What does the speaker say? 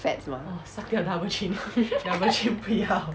fats 吗